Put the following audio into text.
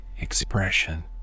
expression